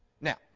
Now